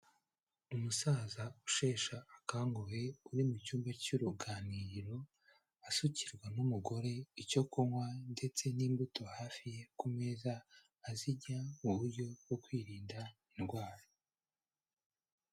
Umusaza usheshe akanguhe uri mu cyumba cy'uruganiriro, asukirwa n'umugore icyo kunywa ndetse n'imbuto hafi ye ku meza, azirya mu buryo bwo kwirinda indwara.